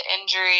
injury